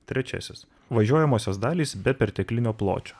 trečiasis važiuojamosios dalys be perteklinio pločio